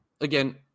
Again